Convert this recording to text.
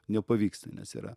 nepavyksta nes yra